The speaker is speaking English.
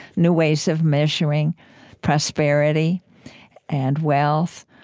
new ways of measuring prosperity and wealth,